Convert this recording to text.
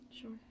Sure